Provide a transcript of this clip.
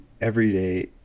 everyday